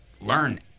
learn